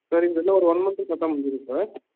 சரிங்க இன்னும் ஒரு ஒன் மன்த்து கரெக்டாக முடிஞ்சிடும் சார்